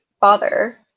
father